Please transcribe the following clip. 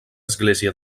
església